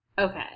Okay